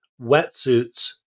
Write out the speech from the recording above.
wetsuits